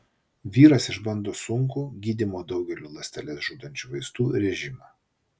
vyras išbando sunkų gydymo daugeliu ląsteles žudančių vaistų režimą